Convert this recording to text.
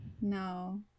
No